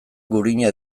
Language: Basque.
gurina